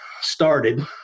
started